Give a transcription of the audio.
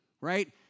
right